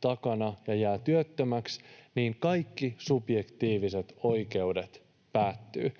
takana ja jää työttömäksi, kaikki subjektiiviset oikeudet päättyvät.